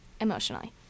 emotionally